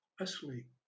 asleep